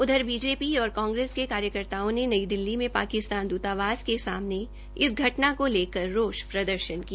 उधर बीजेपी और कांग्रेस के कार्यकर्ताओं ने नई दिल्ली में पाकिस्तानी दूतावास के सामने इस घटना को लेकर रोष प्रदर्शन किया